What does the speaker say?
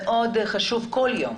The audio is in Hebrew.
חשוב כל יום,